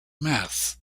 math